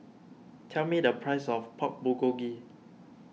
tell me the price of Pork Bulgogi